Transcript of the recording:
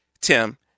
Tim